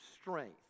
strength